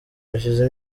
hashize